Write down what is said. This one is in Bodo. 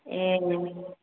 ए औ